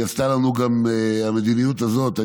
המדיניות הזאת,